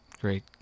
great